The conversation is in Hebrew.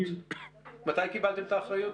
מתי קיבלתם את האחריות?